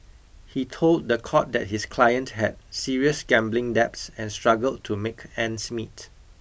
he told the court that his client had serious gambling debts and struggled to make ends meet